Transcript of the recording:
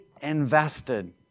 invested